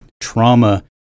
trauma